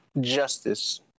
justice